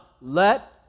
Let